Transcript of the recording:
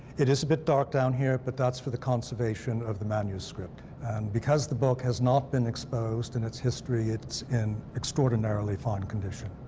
it is a bit dark down here, but that's for the conservation of the manuscript. and because the book has not been exposed in its history, it's in extraordinarily fine condition.